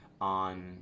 on